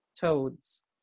toads